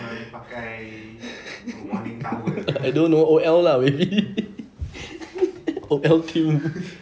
I don't know O_L lah maybe O_L theme